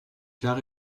plats